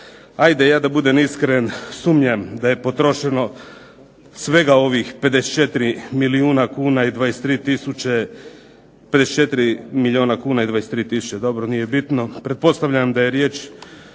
Ajde ja da budem iskren sumnjam da je potrošeno svega ovih 54 milijuna kuna i 23 tisuće, 54 milijuna kuna i 23 tisuće, dobro nije bitno. Pretpostavljam da je riječ